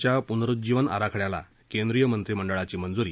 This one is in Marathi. च्या पुनरुज्जीवन आराखड्याला केंद्रीय मंत्रिमंडळाची मंजुरी